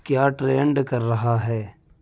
کیا ٹرینڈ کر رہا ہے